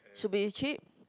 should be cheap